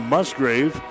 Musgrave